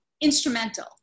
instrumental